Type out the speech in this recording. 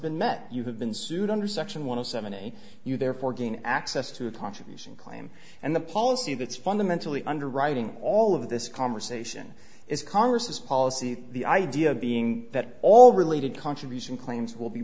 been met you have been sued under section one hundred seventy you therefore gain access to a contribution claim and the policy that's fundamentally underwriting all of this conversation is congress's policy the idea being that all related contribution claims will be